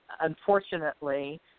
unfortunately